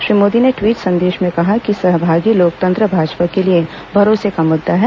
श्री मोदी ने टवीट संदेश में कहा है कि सहभागी लोकतंत्र भाजपा के लिए भरोसे का मुद्दा है